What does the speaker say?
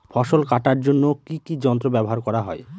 ফসল কাটার জন্য কি কি যন্ত্র ব্যাবহার করা হয়?